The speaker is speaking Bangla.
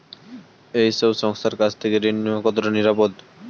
এই সব সংস্থার কাছ থেকে ঋণ নেওয়া কতটা নিরাপদ?